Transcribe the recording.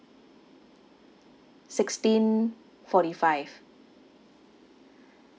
sixteen forty five